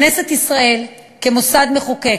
כנסת ישראל, כמוסד מחוקק,